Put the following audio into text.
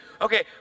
Okay